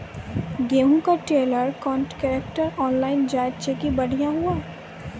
गेहूँ का trailer contractor online जाए जैकी बढ़िया हुआ